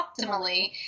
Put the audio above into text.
optimally